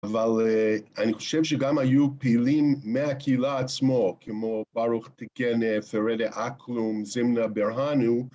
אבל אני חושב שגם היו פעילים מהקהילה עצמו כמו ברוך תיקן פרדה אקלום, זמנה ברהנו